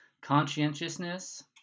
Conscientiousness